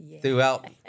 throughout